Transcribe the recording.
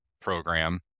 program